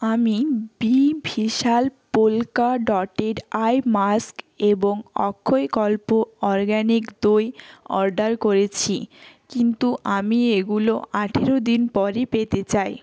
আমি বি ভিশাল পোল্কা ডটেড আই মাস্ক এবং অক্ষয়কল্প অরগ্যানিক দই অর্ডার করেছি কিন্তু আমি এগুলো আঠেরো দিন পরে পেতে চাই